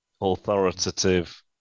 authoritative